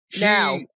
Now